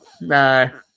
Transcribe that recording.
No